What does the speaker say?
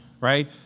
right